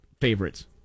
favorites